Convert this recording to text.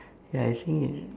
ya I think it